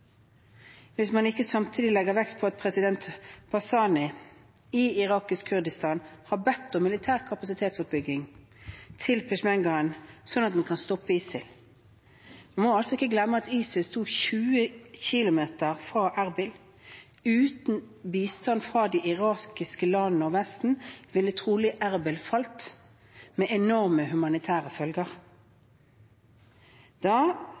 hvis man ikke samtidig legger vekt på at president Barzani i irakisk Kurdistan har bedt om militær kapasitetsoppbygging til peshmergaen slik at den kan stoppe ISIL. En må ikke glemme at ISIL sto 20 km fra Erbil. Uten bistand fra de irakiske landene og Vesten ville Erbil trolig falt, med enorme humanitære følger. Da